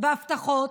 בהבטחות,